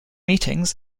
meetings